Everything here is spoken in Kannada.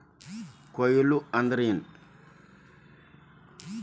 ಕೊಯ್ಲು ಅಂದ್ರ ಏನ್?